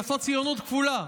לעשות ציונות כפולה,